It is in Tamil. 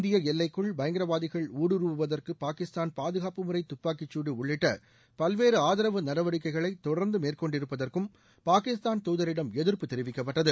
இந்திய எல்லைக்குள் பயங்கரவாதிகள் ஊடுருவுவதற்கு பாகிஸ்தான் பாதுகாப்பு முறை துப்பாக்கிச்சூடு உள்ளிட்ட பல்வேறு ஆதரவு நடவடிக்கைகளை தொடர்ந்து மேற்கொண்டிருப்பதற்கும் பாகிஸ்தான் தூதரிடம் எதிர்ப்பு தெரிவிக்கப்பட்டது